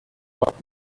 rad